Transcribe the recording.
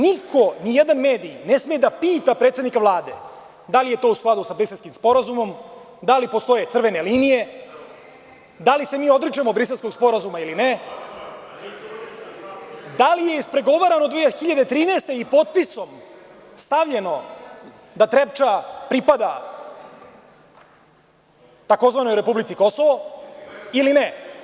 Niko, nijedan medij ne sme da pita predsednika Vlade da li je to u skladu sa Briselskim sporazumom, da li postoje crvene linije, da li se mi odričemo Briselskog sporazuma ili ne, da li je ispregovarano 2013. godine i potpisom stavljeno da Trepča pripada tzv. republici Kosovo ili ne.